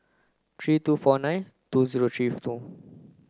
three two four nine two zero three two